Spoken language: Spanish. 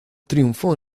triunfó